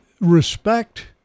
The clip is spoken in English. respect